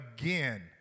again